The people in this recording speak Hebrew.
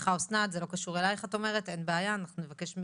סליחה אסנת, זה לא קשור אלייך, אנחנו נבקש מ